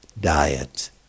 diet